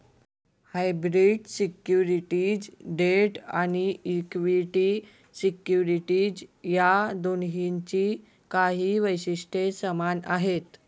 hybrid securities debt आणि equity securities या दोन्हींची काही वैशिष्ट्ये समान आहेत